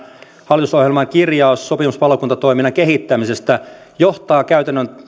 hallitusohjelman kirjaus sopimuspalokuntatoiminnan kehittämisestä johtaa käytännön